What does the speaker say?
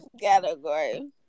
category